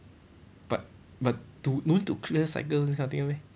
but but to no need to clear cycle this kind of thing [one] meh